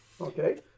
Okay